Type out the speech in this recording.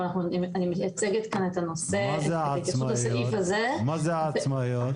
מה זה העצמאיות?